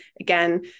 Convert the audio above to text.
again